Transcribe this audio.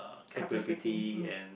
capacity hmm